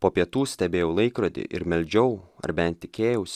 po pietų stebėjau laikrodį ir meldžiau ar bent tikėjaus